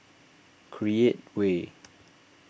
Create Way